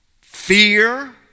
fear